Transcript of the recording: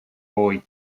boy